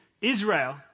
Israel